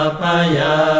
Apaya